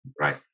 right